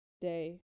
day